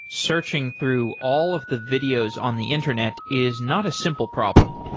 searching through all of the videos on the internet is not a simple problem.